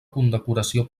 condecoració